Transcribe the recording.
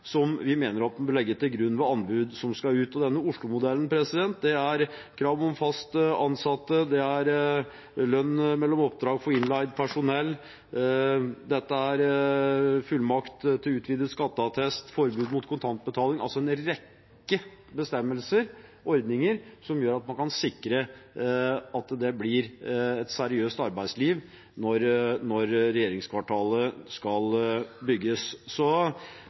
som vi mener at en bør legge til grunn ved anbud som skal ut. Denne Oslo-modellen handler om krav om fast ansatte, lønn mellom oppdrag for innleid personell, fullmakt til utvidet skatteattest, forbud mot kontantbetaling, altså en rekke bestemmelser og ordninger som gjør at man kan sikre at det blir et seriøst arbeidsliv når regjeringskvartalet skal bygges. Så